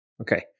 Okay